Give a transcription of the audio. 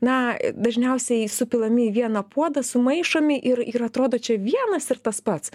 na dažniausiai supilami į vieną puodą sumaišomi ir ir atrodo čia vienas ir tas pats